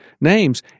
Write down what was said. names